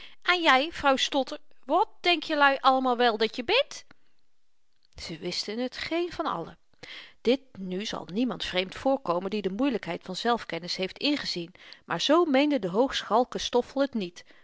en jy vrouw stotter wat denk jelui allemaal wel dat je bent ze wisten t geen van allen dit nu zal niemand vreemd voorkomen die de moeielykheid van zelfkennis heeft ingezien maar z meende de hoogschalke stoffel t niet